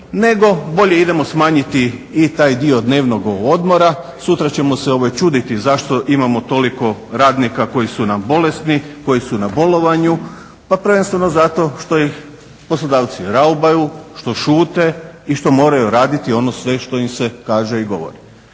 nego bolje idemo smanjiti i taj dio dnevnog odmora. Sutra ćemo se čuditi zašto imamo toliko radnika koji su nam bolesni, koji su na bolovanju, pa prvenstveno zato što ih poslodavci raubaju, što šute i što moraju raditi ono sve što im se kaže i govori.